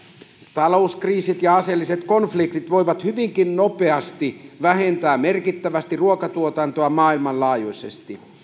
talouskriisit ja aseelliset konfliktit voivat hyvinkin nopeasti vähentää merkittävästi ruokatuotantoa maailmanlaajuisesti